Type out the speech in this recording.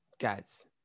Guys